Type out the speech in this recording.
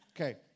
Okay